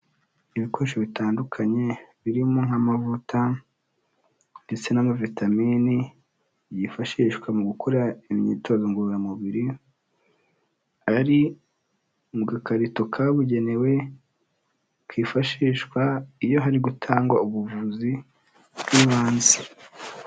Ibikoresho bitandukanye birimo nk'amavuta ndetse n'amavitamine yifashishwa mu gukora imyitozo ngororamubiri, ari mu gakarito kabugenewe, kifashishwa iyo hari gutangwa ubuvuzi bw'ibanze.